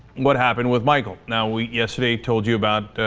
what happened with michael now we guess they told you about